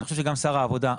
גם שר העבודה,